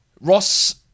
Ross